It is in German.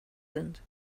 sind